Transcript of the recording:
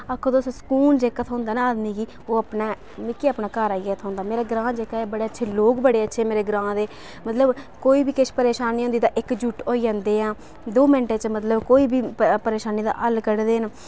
आक्खो ते सकून जेह्का थ्होंदा ना आदमी गी ओह् अपने मिगी अपने ग्रांऽ आइयै गै थ्होंदा मेरा ग्रांऽ जेह्का बड़ा अच्छा लोग बड़े अच्छे मेरे ग्रांऽ दे मतलब कोई बी किश परेशानी होंदी ऐ ते इकजुट होई जंदे ऐ दो मैंटें च मतलब कोई बी परेशानी दा हल्ल कड्ढदे न